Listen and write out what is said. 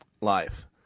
life